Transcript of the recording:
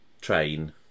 train